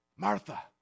Martha